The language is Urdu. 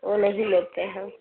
وہ نہیں لیتے ہم